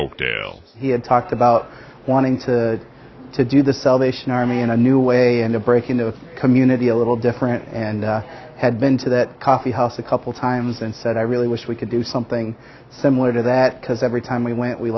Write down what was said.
had talked about wanting to to do the salvation army in a new way and a break in the community a little different and i had been to that coffee house a couple times and said i really wish we could do something similar to that because every time we went we